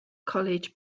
college